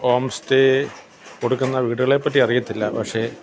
home stay കൊടുക്കുന്ന വീടുകളെ പറ്റി അറിയില്ല പക്ഷേ